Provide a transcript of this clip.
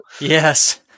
Yes